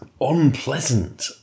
unpleasant